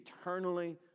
eternally